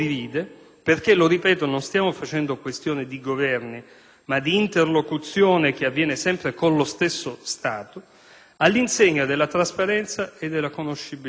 (perché - lo ripeto - non stiamo facendo questione di Governi, ma di interlocuzione che avviene sempre con lo Stato), all'insegna della trasparenza e della conoscibilità.